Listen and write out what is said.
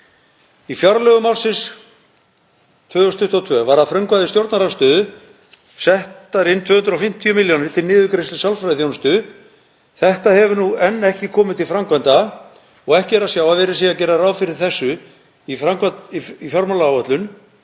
Í fjárlögum ársins 2022 voru að frumkvæði stjórnarandstöðu settar inn 250 milljónir til niðurgreiðslu sálfræðiþjónustu. Þetta hefur enn ekki komið til framkvæmda og ekki er að sjá að gert sé ráð fyrir þessu í fjármálaáætlun